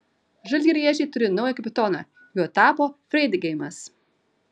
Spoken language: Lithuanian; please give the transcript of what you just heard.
žalgiriečiai turi naują kapitoną juo tapo freidgeimas